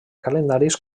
calendaris